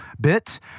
bit